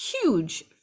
huge